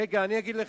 רגע, אני אגיד לך.